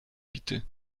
bity